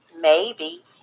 Maybe